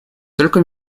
только